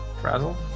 Frazzle